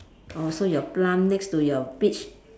oh so your plum next to your peach